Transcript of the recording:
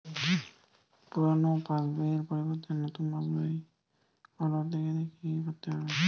পুরানো পাশবইয়ের পরিবর্তে নতুন পাশবই ক রতে গেলে কি কি করতে হবে?